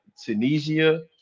Tunisia